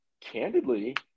candidly